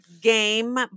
game